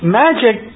magic